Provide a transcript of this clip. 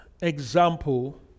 example